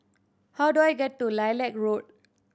how do I get to Lilac Road